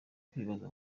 kwibaza